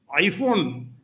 iPhone